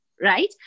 right